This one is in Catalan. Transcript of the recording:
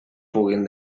puguin